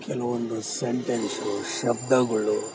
ಕೆಲೊವೊಂದು sentence ಶಬ್ದಗಳು